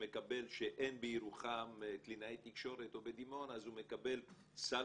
כשאין בירוחם או בדימונה קלינאי תקשורת אז הוא מקבל סל